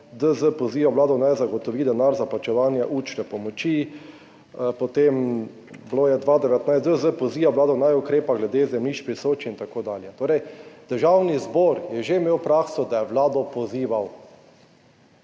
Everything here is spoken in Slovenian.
DZ poziva vlado naj zagotovi denar za plačevanje učne pomoči, potem je bilo 2019: DZ poziva vlado, naj ukrepa glede zemljišč pri Soči in tako dalje. Torej je Državni zbor že imel prakso, da je vlado pozival.